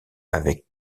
avec